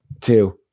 two